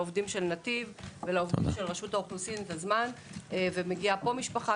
לעובדי נתיב ולעובדים של רשות האוכלוסין את הזמן ומגיעה פה משפחה,